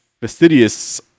fastidious